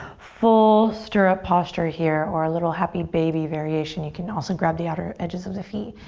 full stirrup posture here or a little happy baby variation. you can also grab the outer edges of the feet.